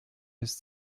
des